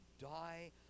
die